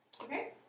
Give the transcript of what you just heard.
Okay